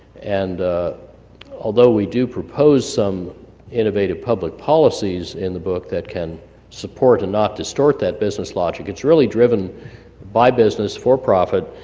and although, we do propose some innovative public policies in the book that can support, and not distort that business logic it's really driven by business for profit,